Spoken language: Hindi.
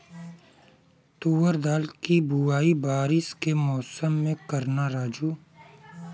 तुवर दाल की बुआई बारिश के मौसम में करना राजू